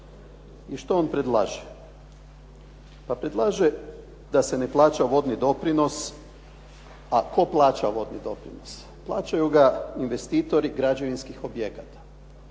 I što on predlaže? Pa predlaže da se ne plaća vodni doprinos, a tko plaća vodni doprinos? Plaćaju ga investitori građevinskih objekata.